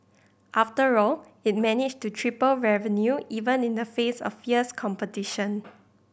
after all it managed to triple revenue even in the face of fierce competition